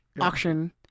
auction